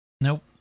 Nope